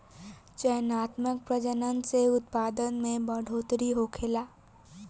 चयनात्मक प्रजनन से उत्पादन में बढ़ोतरी होखेला